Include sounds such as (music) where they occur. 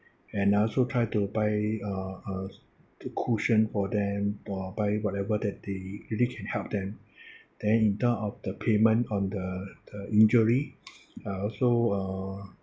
and I also try to buy uh uh the cushion for them or buy whatever that they really can help them (breath) then in term of the payment on the the injury I also uh